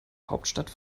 hauptstadt